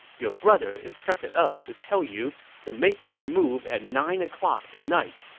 your brother instructed us to tell you to make your move at nine o'clock tonight.